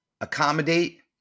accommodate